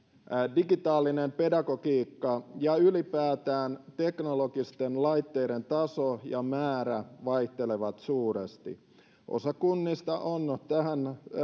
digitaalinen pedagogiikka ja ylipäätään teknologisten laitteiden taso ja määrä vaihtelevat suuresti osa kunnista on tähän